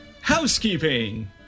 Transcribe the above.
housekeeping